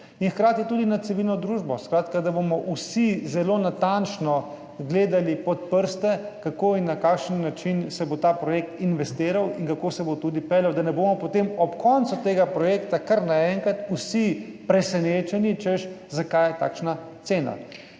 in hkrati tudi na civilno družbo, skratka da bomo vsi zelo natančno gledali pod prste, kako in na kakšen način se bo ta projekt investiral in kako se bo tudi peljal, da ne bomo potem ob koncu tega projekta kar naenkrat vsi presenečeni, češ, zakaj je takšna cena.